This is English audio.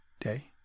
day